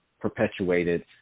perpetuated